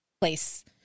place